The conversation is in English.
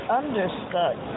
understood